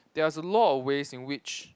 there's a lot of ways in which